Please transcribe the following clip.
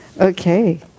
Okay